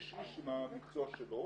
איש איש עם המקצוע שלו.